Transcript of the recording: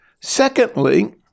Secondly